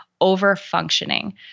over-functioning